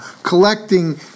collecting